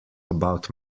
about